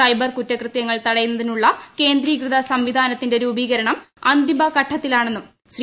cyber കുറ്റകൃത്യങ്ങൾ തടയുന്നതിനുള്ള കേന്ദ്രീകൃത് സെംവിധാനത്തിന്റെ രൂപീകരണം അന്തിമഘട്ടത്തിലാണെന്നുമ്പ് ശ്രീ